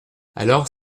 alors